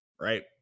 right